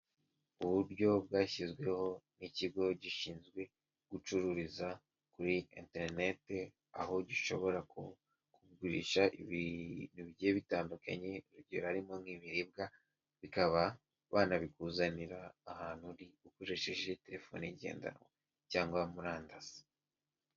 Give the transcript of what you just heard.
Uburyo bwashyizweho n'ikigo gishinzwe gucururiza kuri enterinete, aho gishobora kugurisha ibintu bigiye bitandukanye urugero harimo nk'ibiribwa, bakaba banabikuzanira ahantu ukoresheje telefoni igendanwa cyangwa murandasi.